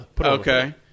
Okay